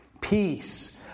Peace